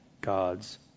God's